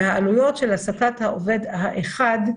העלויות של הוספת העובד האחד,